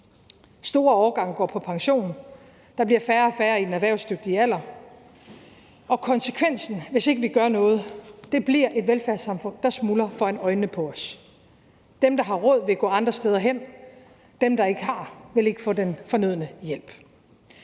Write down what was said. Store årgange går på pension, der bliver færre og færre i den erhvervsdygtige alder, og konsekvensen, hvis ikke vi gør noget, bliver et velfærdssamfund, der smuldrer foran øjnene på os. Dem, der har råd, vil gå andre steder hen, dem, der ikke har, vil ikke få den fornødne hjælp.